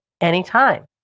anytime